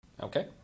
Okay